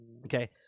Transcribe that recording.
Okay